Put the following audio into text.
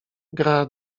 gra